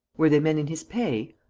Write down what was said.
were they men in his pay?